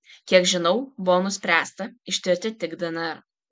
kiek žinau buvo nuspręsta ištirti tik dnr